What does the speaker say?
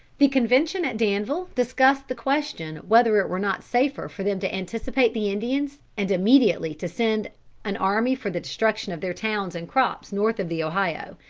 the convention at danville discussed the question whether it were not safer for them to anticipate the indians, and immediately to send an army for the destruction of their towns and crops north of the ohio.